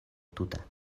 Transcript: tuta